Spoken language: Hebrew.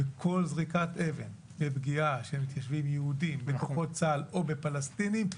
כל זריקת אבן ופגיעה של מתיישבים יהודים בכוחות צה"ל או בפלסטינים,